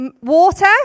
Water